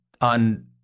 on